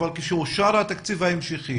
אבל כשאושר התקציב ההמשכי